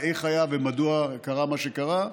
איך היה ומדוע קרה מה שקרה.